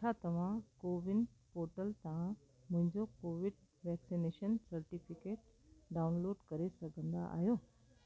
छा तव्हां CoWIN portal तां मुंहिंजो कोविड वैक्सनेशन सेटिफिकेट डाउनलोड करे सघंदा आहियो